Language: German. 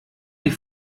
die